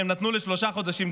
שהם נתנו לשלושה חודשים.